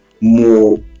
more